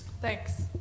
Thanks